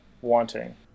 wanting